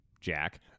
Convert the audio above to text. Jack